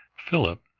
philip.